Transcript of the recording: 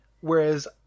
Whereas